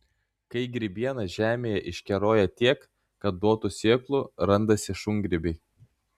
kai grybiena žemėje iškeroja tiek kad duotų sėklų randasi šungrybiai